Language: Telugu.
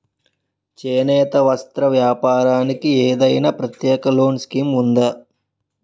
చేనేత వస్త్ర వ్యాపారానికి ఏదైనా ప్రత్యేక లోన్ స్కీం ఉందా?